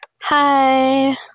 Hi